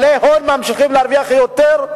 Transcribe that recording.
בעלי הון ממשיכים להרוויח יותר,